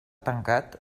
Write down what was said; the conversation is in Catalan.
tancat